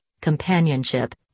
companionship